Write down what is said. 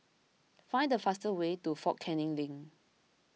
find the fastest way to fort Canning Link